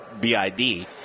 BID